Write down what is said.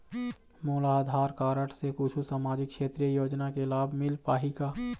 मोला आधार कारड से कुछू सामाजिक क्षेत्रीय योजना के लाभ मिल पाही का?